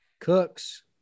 Cooks